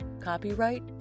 Copyright